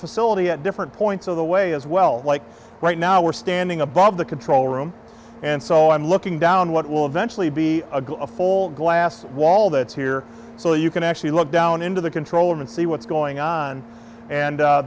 facility at different points of the way as well like right now we're standing above the control room and so i'm looking down what will eventually be a good full glass wall that's here so you can actually look down into the control room and see what's going on and